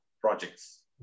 projects